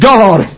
God